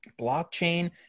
blockchain